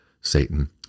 Satan